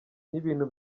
n’ibintu